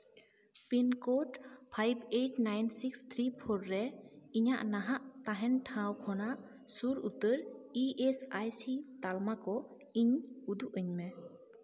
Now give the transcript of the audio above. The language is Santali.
pin code five eight nine six three four ᱨᱮ ᱤᱧᱟᱹᱜ ᱱᱟᱦᱟᱜ ᱛᱟᱦᱮᱱ ᱴᱷᱟᱶ ᱠᱷᱚᱱᱟᱜ ᱥᱩᱨ ᱩᱛᱟᱹᱨ ᱤ ᱮᱹᱥ ᱟᱭ ᱥᱤ ᱛᱟᱞᱢᱟ ᱠᱚ ᱤᱧ ᱩᱫᱩᱜ ᱟᱹᱧ ᱢᱮ